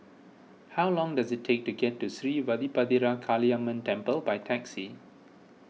how long does it take to get to Sri Vadapathira Kaliamman Temple by taxi